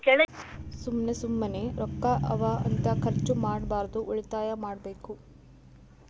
ಸುಮ್ಮ ಸುಮ್ಮನೆ ರೊಕ್ಕಾ ಅವಾ ಅಂತ ಖರ್ಚ ಮಾಡ್ಬಾರ್ದು ಉಳಿತಾಯ ಮಾಡ್ಬೇಕ್